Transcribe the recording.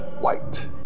white